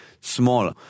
small